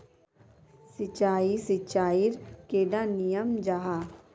सिंचाई सिंचाईर कैडा नियम जाहा?